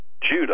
Judah